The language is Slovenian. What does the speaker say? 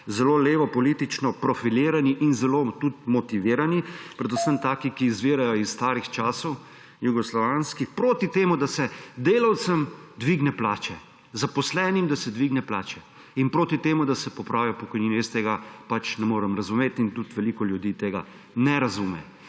zelo levo politično profilirani in tudi zelo motivirani, predvsem takšni, ki izvirajo iz starih časov, jugoslovanski, proti temu, da se delavcem dvigne plače, da se zaposlenim dvigne plače, in proti temu, da se popravijo pokojnine. Jaz tega pač ne morem razumeti in tudi veliko ljudi tega ne razume.